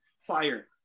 fire